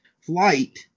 flight